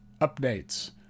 updates